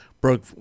broke